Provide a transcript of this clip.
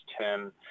term